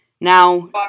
Now